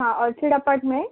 हा orchid apartment